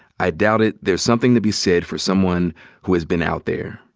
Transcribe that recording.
i doubt it. there's something to be said for someone who has been out there.